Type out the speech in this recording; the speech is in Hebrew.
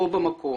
בו במקום.